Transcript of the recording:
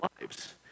lives